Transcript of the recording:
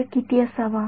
तो वेळ किती असावा